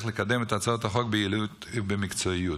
לקדם את הצעות החוק ביעילות ובמקצועיות.